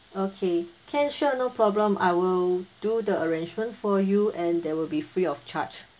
okay can sure no problem I will do the arrangement for you and there will be free of charge